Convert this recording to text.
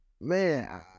Man